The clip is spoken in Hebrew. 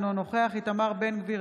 אינו נוכח איתמר בן גביר,